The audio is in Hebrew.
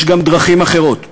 יש גם דרכים אחרות.